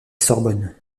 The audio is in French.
sorbonne